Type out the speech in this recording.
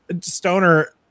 Stoner